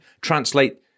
translate